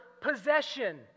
possession